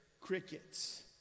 crickets